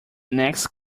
next